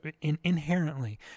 inherently